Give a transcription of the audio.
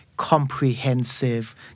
comprehensive